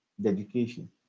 dedication